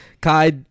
kai